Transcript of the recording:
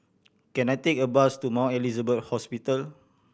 can I take a bus to Mount Elizabeth Hospital